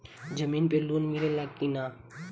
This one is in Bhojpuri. जमीन पे लोन मिले ला की ना?